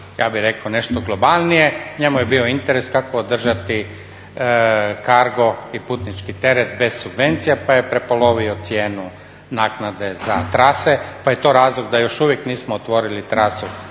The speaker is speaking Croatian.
ja bih rekao nešto globalnije njemu je bio interes kako održati cargo i putnički teret bez subvencija pa je prepolovio cijenu naknade za trase. Pa je to razlog da još uvijek nismo otvorili trasu